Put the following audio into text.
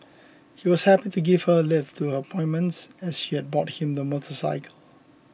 he was happy to give her a lift to her appointment as she had bought him the motorcycle